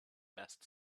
best